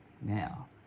Now